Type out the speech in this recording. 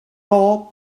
more